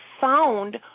found